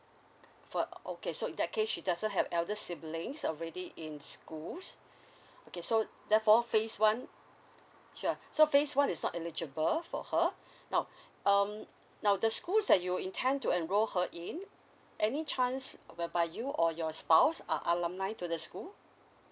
for okay so in that case she doesn't have elder siblings already in schools okay so therefore phase one sure so phase one is not eligible for her now um now the schools that you intend to enroll her in any chance whereby you or your spouse are alumni to the school